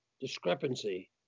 discrepancy